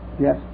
Yes